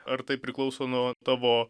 ar tai priklauso nuo tavo